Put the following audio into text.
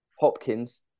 Hopkins